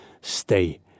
Stay